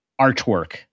artwork